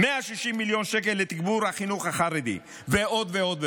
160 מיליון שקל לתגבור החינוך החרדי ועוד ועוד ועוד.